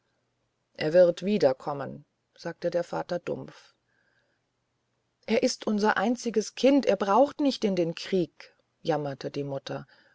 er wird wiederkommen sagte der vater dumpf er ist unser einziges kind er braucht nicht in den krieg jammerte die mutter